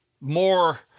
more